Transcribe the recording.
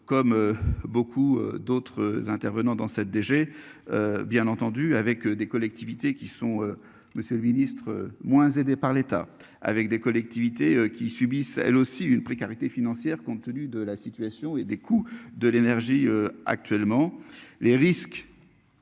comme beaucoup d'autres intervenants dans cette DG. Bien entendu avec des collectivités qui sont. Monsieur le Ministre moins aidé par l'État avec des collectivités qui subissent elles aussi une précarité financière compte tenu de la situation et des coûts de l'énergie. Actuellement les risques.